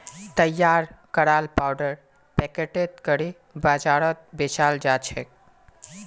तैयार कराल पाउडर पैकेटत करे बाजारत बेचाल जाछेक